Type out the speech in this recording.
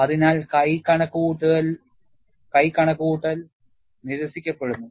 അതിനാൽ കൈ കണക്കുകൂട്ടൽ നിരസിക്കപ്പെടുന്നു